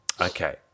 Okay